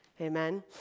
Amen